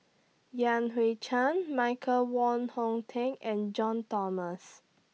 Yan Hui Chang Michael Wong Hong Teng and John Thomas